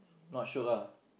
not shiok ah